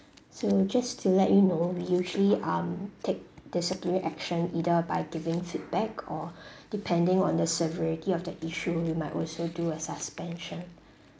so just to let you know we usually um take disciplinary action either by giving feedback or depending on the severity of the issue we might also do a suspension